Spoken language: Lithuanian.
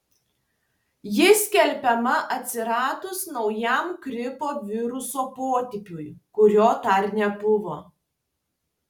ji skelbiama atsiradus naujam gripo viruso potipiui kurio dar nebuvo